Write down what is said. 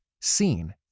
seen